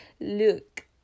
look